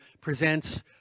presents